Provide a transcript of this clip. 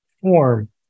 form